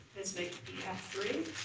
is make b f three.